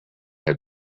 had